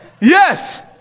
Yes